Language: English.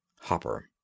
Hopper